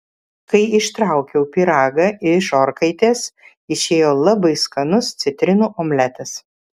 kai ištraukiau pyragą iš orkaitės išėjo labai skanus citrinų omletas